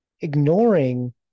ignoring